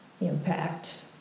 impact